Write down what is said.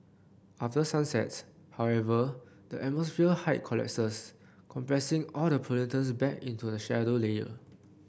after sunsets however the atmosphere height collapses compressing all the pollutants back into the shallow layer